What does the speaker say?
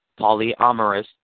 polyamorous